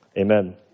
Amen